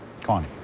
Connie